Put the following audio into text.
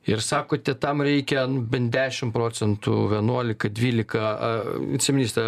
ir sakote tam reikia nu bent dešimt procentų vienuolika dvylika a viceministre